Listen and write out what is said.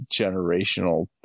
generational